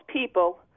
people